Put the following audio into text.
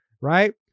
right